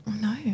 No